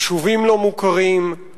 יישובים לא מוכרים,